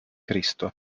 cristo